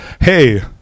Hey